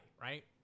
right